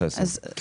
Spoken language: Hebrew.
אני